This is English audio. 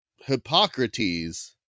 Hippocrates